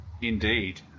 Indeed